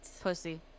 Pussy